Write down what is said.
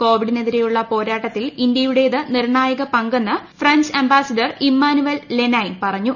കോവിഡിനെതിരെയുള്ള പോരാട്ടത്തിൽ ഇന്ത്യയുടേത് നിർണായക പങ്കെന്ന് ഫ്രഞ്ച് അംബാസഡർ ഇമ്മനുവൽ ലെനൈൻ പറഞ്ഞു